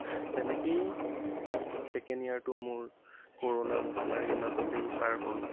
তেনেকেই ছেকেণ্ড ইয়েৰটো মোৰ ক'ৰণা মহামাৰীৰ মাজতেই পাৰ হ'ল